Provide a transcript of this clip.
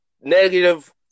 negative